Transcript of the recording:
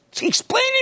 Explain